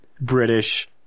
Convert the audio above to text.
British